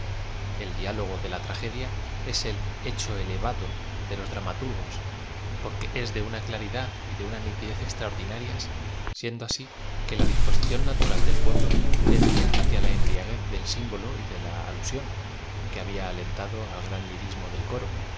et diálogo de la tragedia ea el hecho elevado de los dramaturgos porque es de una claridad y de una nitidez extraordinarias siendo asi que la disposición natural del pueblo tendía hacia la em briaguez del simbolo y de la alusión que había alentado el gran lirismo del coro